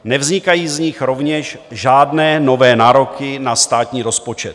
Nevznikají z nich rovněž žádné nové nároky na státní rozpočet.